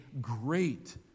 great